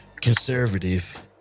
conservative